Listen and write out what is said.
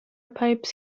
pipes